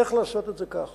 איך לעשות את זה כך